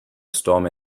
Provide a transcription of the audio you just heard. storm